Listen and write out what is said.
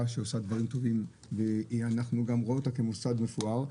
שעושה דברים טובים ואנחנו רואים אותה כמוסד מפואר,